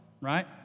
right